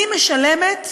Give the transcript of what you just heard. אני משלמת,